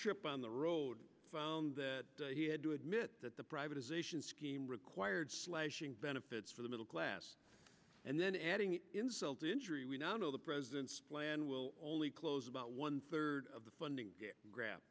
trip on the road he had to admit that the privatization scheme required slashing benefits for the middle class and then adding insult to injury we now know the president's plan will only close about one third of the funding gra